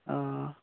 हां